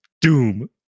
doom